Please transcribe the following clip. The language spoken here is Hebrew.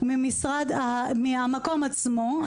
זה מהמקום עצמו.